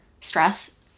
stress